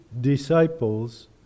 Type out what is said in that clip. disciples